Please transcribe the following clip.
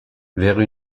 vers